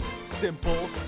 simple